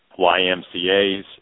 YMCAs